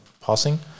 passing